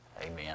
amen